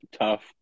tough